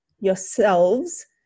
yourselves